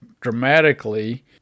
dramatically